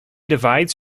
divides